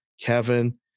Kevin